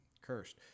cursed